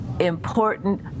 important